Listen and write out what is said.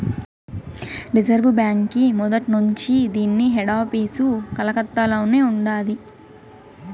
reserve బాంకీ మొదట్నుంచీ దీన్ని హెడాపీసు కలకత్తలోనే ఉండాది